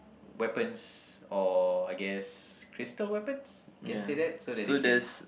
weapons or I guess crystal weapons can say that so that they can